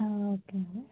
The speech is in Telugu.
ఓకే అండి